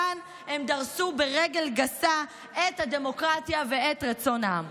כאן הם דרסו ברגל גסה את הדמוקרטיה ואת רצון העם.